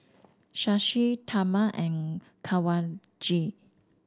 Shashi Tharman and Kanwaljit